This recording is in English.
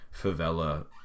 favela